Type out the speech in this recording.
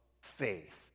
faith